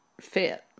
fit